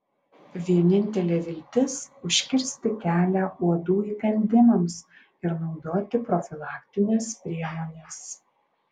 vienintelė viltis užkirsti kelią uodų įkandimams ir naudoti profilaktines priemones